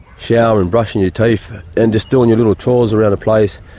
shower and brushing your teeth and just doing your little chores around the place,